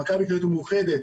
למכבי לאומית או מאוחדת,